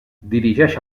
dirigeix